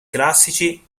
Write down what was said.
classici